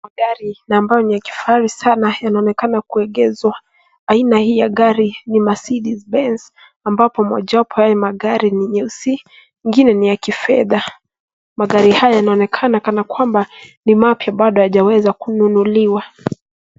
Magari na ambayo ni ya kifahari sana yanaonekana kuegezwa, aina hii ya gari ni Mercedes Benz ambapo mojawapo ya hii magari ni nyeusi ngine ni ya kifedha. Magari haya yanaonekana kanakwamba ni mapya bado yajawezwa kununuliwa.